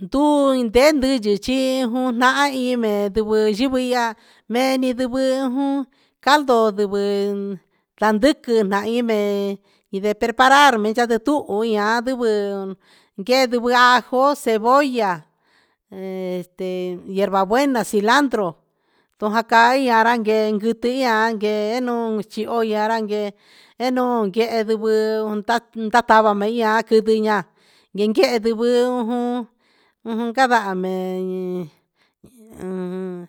Ndundento yuchí jun na'ime nduvu yuvi ihá, memi ndejin jun calde ndeven ndanduku na'a híme ndeime preparar miye ndetukuiña'a nduvo kedoi ajo, cebolla, este iherva buenas, cilandro, ndojakai aranke nguitian kenon chi ohi anranke eno ken ndugu tan tatava ehi ihan, kukiña ndekenin nduku ujun ujun kandamen ha an